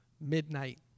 midnight